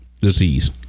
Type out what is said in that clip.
disease